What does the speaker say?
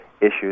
issues